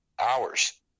hours